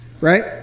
right